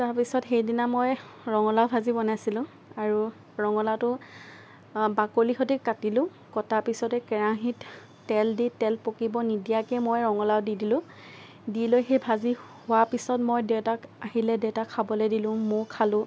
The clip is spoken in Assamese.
তাৰপিছত সেইদিনা মই ৰঙালাও ভাজি বনাইছিলোঁ আৰু ৰঙালাওটো বাকলিৰ সৈতে কাটিলোঁ কটাৰ পিছতে কেৰাহিত তেল দি তেল পকিব নিদিয়াকে মই ৰঙালাও দি দিলোঁ দি লৈ সেই ভাজি হোৱাৰ পিছত মই দেউতাক আহিলে দেউতাক খাবলে দিলোঁ মইও খালোঁ